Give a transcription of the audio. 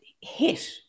hit